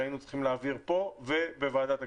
שהיינו צריכים להעביר פה ובוועדת הכספים,